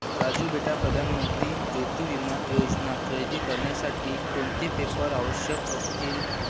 राजू बेटा प्रधान मंत्री ज्योती विमा योजना खरेदी करण्यासाठी कोणते पेपर आवश्यक असतील?